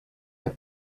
have